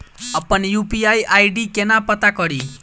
अप्पन UPI ID केना पत्ता कड़ी?